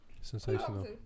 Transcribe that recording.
Sensational